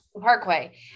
Parkway